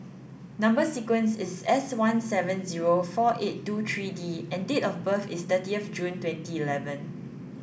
number sequence is S one seven zero four eight two three D and date of birth is thirty of June twenty eleven